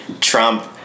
Trump